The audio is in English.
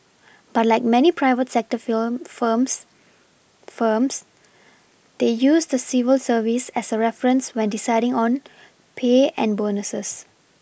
but like many private sector firms firms they use the civil service as a reference when deciding on pay and bonuses